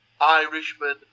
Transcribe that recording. Irishman